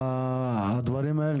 לעניין הדברים האלה?